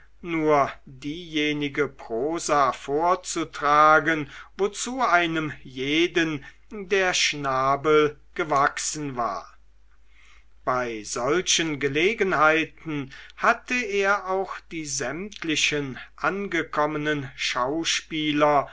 nur diejenige prosa vorzutragen wozu einem jeden der schnabel gewachsen war bei solchen gelegenheiten hatte er auch die sämtlichen angekommenen schauspieler